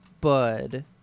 bud